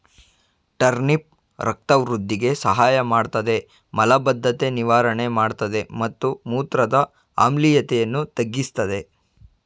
turnip ರಕ್ತ ವೃಧಿಗೆ ಸಹಾಯಮಾಡ್ತದೆ ಮಲಬದ್ಧತೆ ನಿವಾರಣೆ ಮಾಡ್ತದೆ ಮತ್ತು ಮೂತ್ರದ ಆಮ್ಲೀಯತೆಯನ್ನು ತಗ್ಗಿಸ್ತದೆ